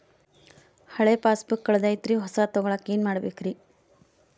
ಹಳೆ ಪಾಸ್ಬುಕ್ ಕಲ್ದೈತ್ರಿ ಹೊಸದ ತಗೊಳಕ್ ಏನ್ ಮಾಡ್ಬೇಕರಿ?